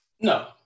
no